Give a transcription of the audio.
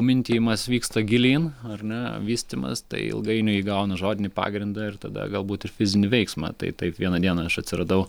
mintijimas vyksta gilyn ar ne vystymas tai ilgainiui įgauna žodinį pagrindą ir tada galbūt ir fizinį veiksmą tai taip vieną dieną aš atsiradau